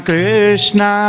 Krishna